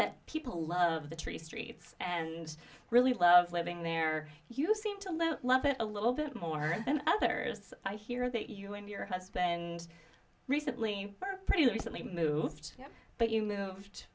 that people love the tree streets and really love living there you seem to love it a little bit more than others i hear that you and your husband recently pretty recently moved but you moved